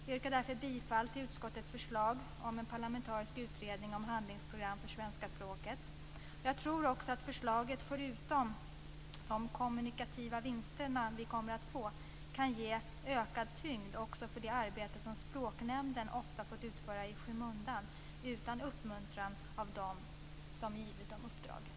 Jag yrkar därför bifall till utskottets förslag om en parlamentarisk utredning om handlingsprogram för svenska språket. Jag tror att förslaget förutom att det kommer att ge kommunikativa vinster också kan ge ökad tyngd åt det arbete som Språknämnden ofta har fått utföra i skymundan utan uppmuntran av dem som givit dem uppdraget.